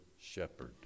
shepherd